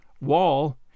Wall